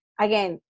Again